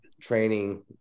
training